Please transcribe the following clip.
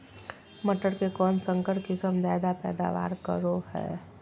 मटर के कौन संकर किस्म जायदा पैदावार करो है?